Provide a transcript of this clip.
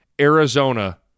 Arizona